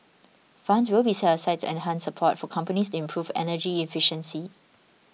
funds will be set aside to enhance support for companies to improve energy efficiency